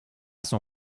son